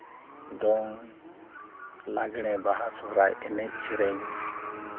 ᱫᱚᱝ ᱞᱟᱸᱜᱽᱲᱮ ᱵᱟᱦᱟ ᱥᱚᱨᱦᱟᱭ ᱮᱱᱮᱡ ᱥᱮᱨᱮᱧ